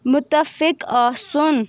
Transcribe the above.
مُتفِق آسُن